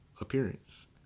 appearance